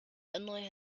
annoy